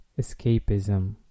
escapism